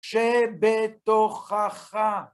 שבתוככה